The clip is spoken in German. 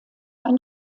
ein